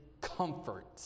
comfort